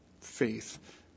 faith